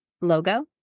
logo